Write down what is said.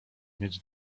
mieć